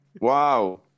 Wow